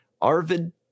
Arvid